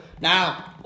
Now